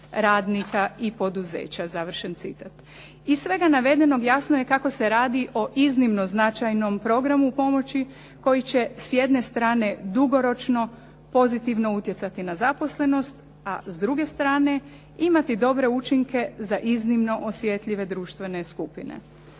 radnika i poduzeća". Iz svega navedenog jasno je kako se radi o iznimno značajnom programu pomoći koji će s jedne strane dugoročno pozitivno utjecati na zaposlenost a s druge strane imati dobre učinke za iznimno osjetljive društvene skupine.